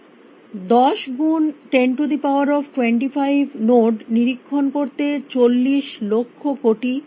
10 গুণ 1025 নোড নিরীক্ষণ করতে 40 লক্ষ্য কোটি লাগে